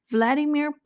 Vladimir